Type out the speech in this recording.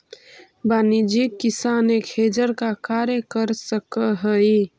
वाणिज्यिक किसान एक हेजर का कार्य कर सकअ हई